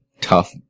tough